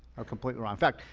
are completely wrong. in fact,